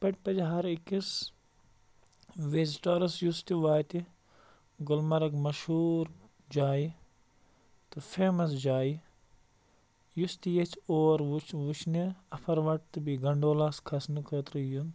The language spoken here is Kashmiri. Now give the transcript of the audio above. پَتہِ پَزِ ہَر أکِس وِزٹَرس یُس تہِ واتہِ گُلمَرگ مشہوٗر جایہِ تہٕ فیمَس جایہِ یُس تہِ ییٚژھِ اور وُچھ وُچھنہِ اَفروَٹھ تہٕ بیٚیہِ گَنٛڈولاہَس کھَسنہٕ خٲطرٕ یُن